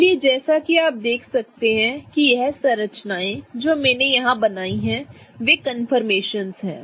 इसलिए जैसा कि आप देख सकते हैं कि यह संरचनाएं जो मैंने यहां बनाई है वे कंफर्मेशनस हैं